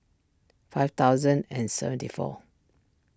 five thousand and seventy four